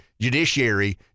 judiciary